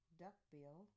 duckbill